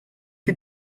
que